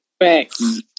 Thanks